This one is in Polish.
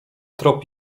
trop